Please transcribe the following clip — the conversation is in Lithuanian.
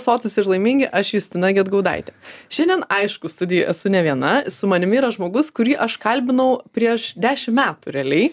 sotūs ir laimingi aš justina gedgaudaitė šiandien aišku studijoj esu ne viena su manimi yra žmogus kurį aš kalbinau prieš dešim metų realiai